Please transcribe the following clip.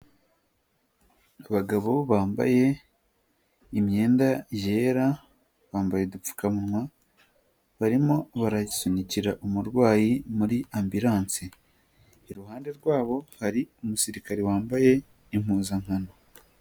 Abagabo bambaye imyenda yera, bambaye udupfukawa, barimo barasunikira umurwayi muri ambulance, iruhande rwabo hari umusirikare wambaye impuzankano.